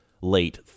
late